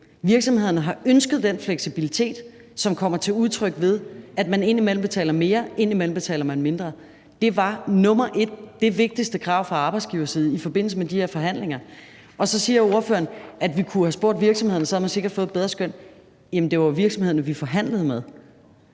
Virksomhederne har ønsket den fleksibilitet, som kommer til udtryk, ved at man indimellem betaler mere og indimellem betaler mindre. Det var nummer et, det vigtigste krav fra arbejdsgiversiden i forbindelse med de her forhandlinger. Så siger ordføreren, at vi kunne have spurgt virksomhederne, for så havde man sikkert fået et bedre skøn. Jamen det var jo virksomhederne, vi forhandlede med.